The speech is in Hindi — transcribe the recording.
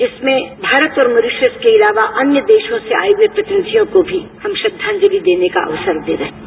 इसमें भारत और मॉरिसश के अलावा अन्य देशों से आए हुए प्रतिनिधियों को भी श्रद्धांजलि देने का अवसर दे रहे हैं